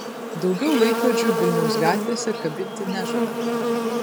daugiau laikrodžių vilniaus gatvėse kabinti nežada